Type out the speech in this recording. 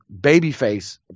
babyface